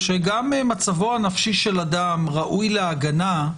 שגם מצבו הנפשי של אדם ראוי להגנה,